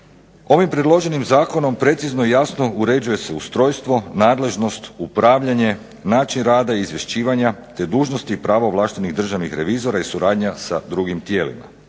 Ovim predloženim zakonom precizno i jasno uređuje se ustrojstvo, nadležnost, upravljanje, način rada i izvješćivanja te dužnosti i prava ovlaštenih državnih revizora i suradnja sa drugim tijelima.